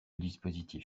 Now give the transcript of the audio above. dispositif